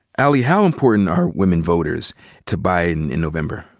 ali, how important are women voters to biden in november?